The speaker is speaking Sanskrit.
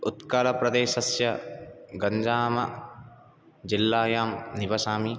उत्कलप्रदेसस्य गञ्जामजिल्लायां निवसामि